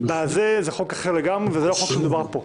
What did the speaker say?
זה חוק אחר לגמרי וזה לא החוק שמדובר עליו פה.